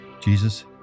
Jesus